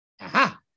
Aha